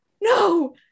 No